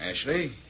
Ashley